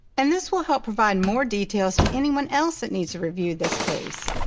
and this will help provide more details to anyone else that needs to review this case.